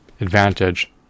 advantage